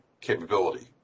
capability